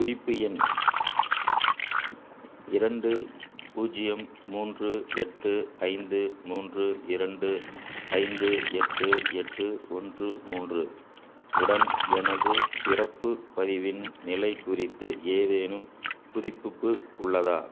குறிப்பு எண் இரண்டு பூஜ்ஜியம் மூன்று எட்டு ஐந்து மூன்று இரண்டு ஐந்து எட்டு எட்டு ஒன்று மூன்று உடன் எனது பிறப்பு பதிவின் நிலை குறித்து ஏதேனும் புதுப்பிப்பு உள்ளதா